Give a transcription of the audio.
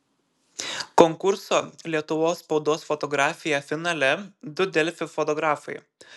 konkurso lietuvos spaudos fotografija finale du delfi fotografai